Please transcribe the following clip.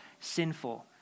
sinful